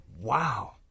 Wow